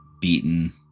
beaten